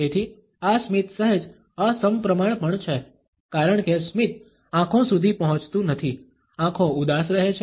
તેથી આ સ્મિત સહેજ અસમપ્રમાણ પણ છે કારણ કે સ્મિત આંખો સુધી પહોંચતું નથી આંખો ઉદાસ રહે છે